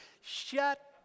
Shut